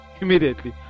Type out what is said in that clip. immediately